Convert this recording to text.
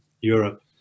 europe